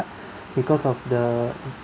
because of the